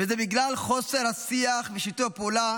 וזה בגלל חוסר השיח ושיתוף הפעולה